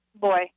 Boy